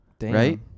right